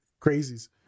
Crazies